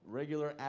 regular